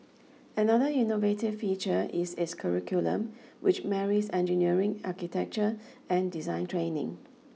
another innovative feature is its curriculum which marries engineering architecture and design training